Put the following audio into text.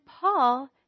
Paul